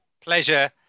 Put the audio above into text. pleasure